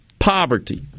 Poverty